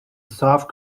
soft